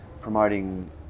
promoting